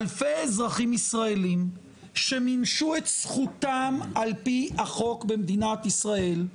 אלפי אזרחים ישראלים שמימשו את זכותם על פי החוק במדינת ישראל,